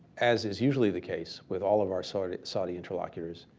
as is usually the case with all of our saudi saudi interlocutors,